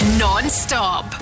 non-stop